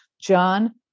John